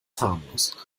harmlos